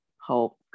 hope